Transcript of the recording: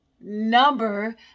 number